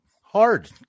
hard